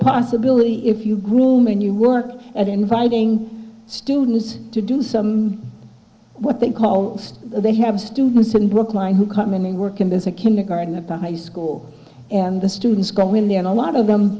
possibility if you groom and you work at inviting students to do some what they call they have students in brookline who come in and work and there's a kindergarten about high school and the students go in there and a lot of them